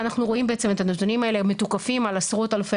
ואנחנו רואים בעצם את הנתונים האלה מתוקפים על עשרות אלפי